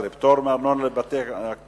17) (פטור מארנונה לבתי-כנסת),